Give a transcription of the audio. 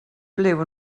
blue